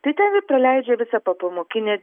tai ten ir praleidžia visą popamokinę